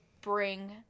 bring